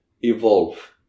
evolve